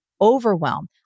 overwhelm